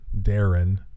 Darren